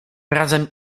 razem